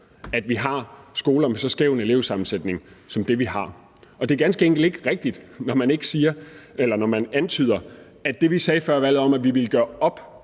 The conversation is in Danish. at vi har skoler med så skæv en elevsammensætning, som vi har. Og det er ganske enkelt ikke rigtigt, når man antyder, at vi ikke længere mener det, vi sagde før valget, om, at vi ville gøre op